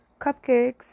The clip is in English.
Cupcakes